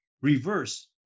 reverse